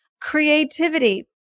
Creativity